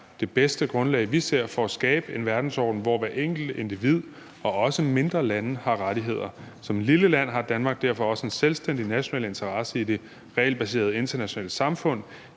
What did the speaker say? det bedste grundlag, vi ser, for at skabe en verdensorden, hvor hvert enkelt individ og også mindre lande har rettigheder. Som et lille land har Danmark derfor også en selvstændig national interesse i det regelbaserede internationale samfund.